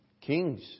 Kings